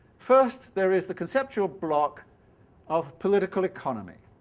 first there is the conceptual block of political economy.